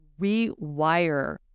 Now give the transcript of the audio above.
rewire